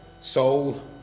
soul